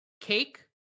cake